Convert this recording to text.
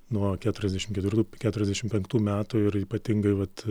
nuo keturiasdešim ketvirtų keturiasdešim penktų metų ir ypatingai vat